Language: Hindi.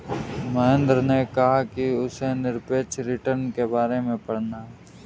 महेंद्र ने कहा कि उसे निरपेक्ष रिटर्न के बारे में पढ़ना है